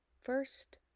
First